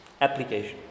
application